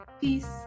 Peace